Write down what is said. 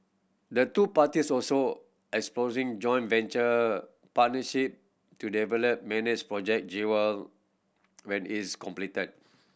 the two parties also exposing joint venture partnership to develop manage Project Jewel when is completed